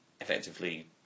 effectively